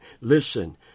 Listen